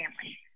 family